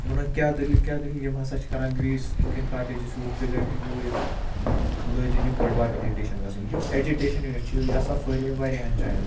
ونان کیٛاہ دٔلیٖل کیٛاہ دٔلیٖل یِم ہسا چھِ کَران گرٛیٖس یِتھ کٔنۍ کاٹلیجس یوٗت پِگَن ہِنٛدۍ ہُہ یہِ تہٕ لٲجِن یِم بٔڑ بار ایجٹیشَن گژھنۍ ایجٹیشَن یُس چھِ یہِ ہسا پھٔہلے واریاہَن جایَن